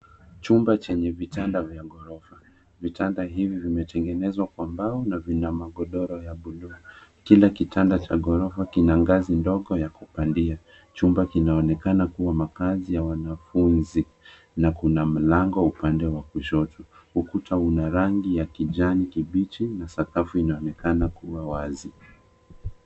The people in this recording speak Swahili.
Chumba chenye vitanda vya ghorofa. Vitanda hivi vimetengenezwa kwa mbao na vina magodoro ya bluu. Kila kitanda cha ghorofa kina ngazi ndogo ya kupandia. Chumba kinaonekana kuwa makaazi ya wanafunzi na kuna mlango upande wa kushoto. Ukuta una rangi ya kijani kibichi na sakafu inaonekana kuwa wazi.